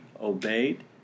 obeyed